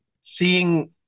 seeing